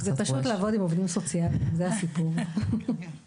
זה עבודה יפה מאוד בשיתוף פעולה ביוזמת חברת הכנסת מראענה.